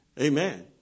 Amen